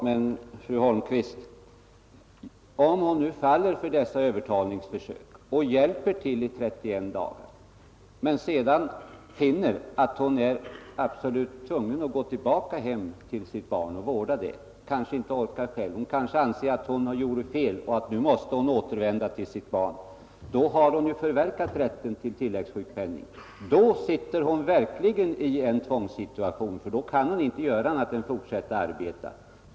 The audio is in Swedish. Och fru Holmqvist, om kvinnan faller för dessa övertalningsförsök och hjälper till i 31 dagar men sedan finner att hon är absolut tvungen att gå tillbaka hem till sitt barn och vårda det, vad händer då? Hon kanske inte orkar fortsätta arbeta, hon kanske anser att hon hade fel och att hon nu måste återvända till sitt barn. Då har hon förverkat rätten till tilläggsjukpenning. Och då är hon verkligen i en tvångssituation, ty då kan hon inte göra annat än att fortsätta arbeta.